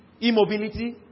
Immobility